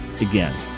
again